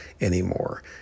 anymore